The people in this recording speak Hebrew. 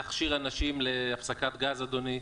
להכשיר אנשים להפסקת גז, אדוני,